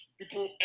people